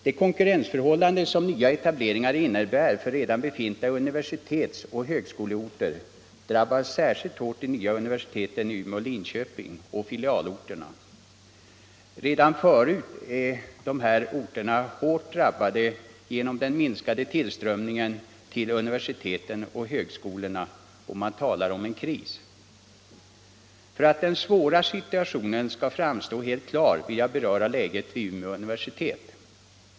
Det konkurrensförhållande som nya etableringar innebär för redan befintliga universitetsoch högskoleorter drabbar särskilt hårt de nya universiteten i Umeå och Linköping samt filialorterna. Redan förut är dessa orter hårt drabbade genom den minskade tillströmningen till universiteten och högskolorna, och man talar om en kris. För att den svåra situationen skall framstå helt klar vill jag beröra läget vid Umeå universitet.